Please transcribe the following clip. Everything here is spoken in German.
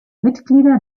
mitglieder